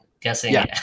guessing